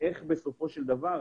איך אתה מזהה